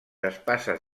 espases